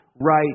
right